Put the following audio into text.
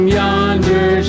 yonder